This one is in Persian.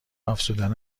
افزودن